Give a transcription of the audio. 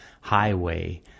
highway